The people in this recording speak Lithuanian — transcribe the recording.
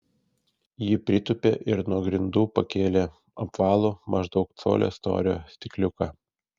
ji pritūpė ir nuo grindų pakėlė apvalų maždaug colio storio stikliuką